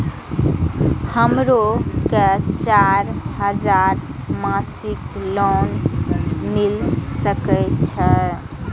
हमरो के चार हजार मासिक लोन मिल सके छे?